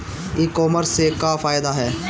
ई कामर्स से का फायदा ह?